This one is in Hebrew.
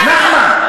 יניב, נחמן.